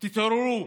תתעוררו.